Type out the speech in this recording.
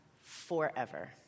forever